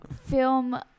film